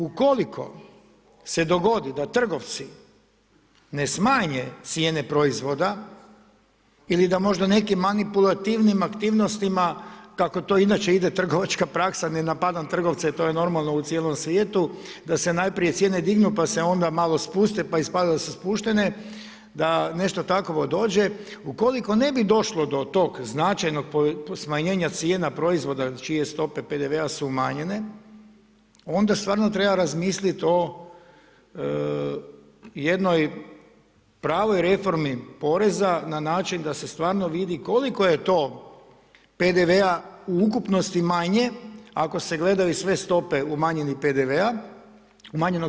Ukoliko se dogodi da trgovci ne smanje cijene proizvoda ili da možda nekim manipulativnim aktivnostima kako to inače ide trgovačka praksa, ne napadam trgovce, to je normalno u cijelom svijetu da se najprije cijene dignu pa se onda malo spuste, pa ispada da su spuštene, da nešto takvo dođe, ukoliko ne bi došlo do tog značajnog smanjenja cijena proizvoda čije stope PDV-a su umanjene, onda stvarno treba razmisliti o jednoj pravoj reformi poreza na način da se stvarno vidi koliko je to PDV-a u ukupnosti manje ako se gledaju sve stope umanjenog PDV-a.